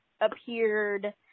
appeared